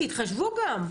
תתחשבו גם.